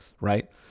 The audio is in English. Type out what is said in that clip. right